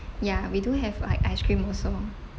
ya we do have like ice cream also